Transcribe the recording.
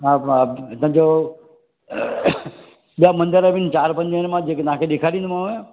हा हा हितां जो अ ॿिया मंदिर भी चार पंज आहिन मां जेके तव्हांखे ॾीखारींदो मांव